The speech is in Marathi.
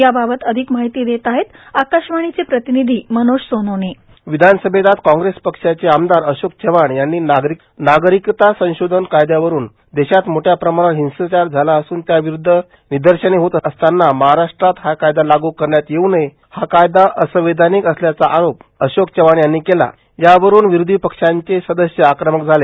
याबाबात अधिक माहिती देते आहे आकाशवाणीचे प्रतिनिधी मनोज सोनोने बाईट आज कॉग्रेस पक्षाचे आमदार अशोक चव्हाण यांनी नागरिकता नसभेत यदयावरून देशात मोठया प्रमाणावर हिंसाचार झाला असून त्याविरुध्द निदर्शने होत असत हाराष्ट्रात हा कायदा लागू करण्यात येव् नये हा कायदा असंवैधानिक असल्याचा आरोप यावरून विरोधी पक्षांचे सदस्य आक्रमक झाले